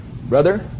Brother